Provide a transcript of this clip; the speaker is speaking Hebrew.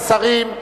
השרים,